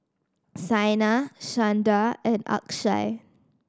Saina Chanda and Akshay